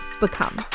become